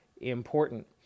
important